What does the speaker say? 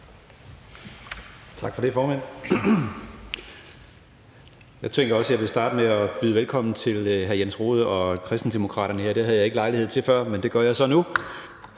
Tak for det, formand. Jeg tænker også, at jeg vil starte med at byde velkommen til hr. Jens Rohde og Kristendemokraterne her. Det havde jeg ikke lejlighed til før, men det gør jeg så nu.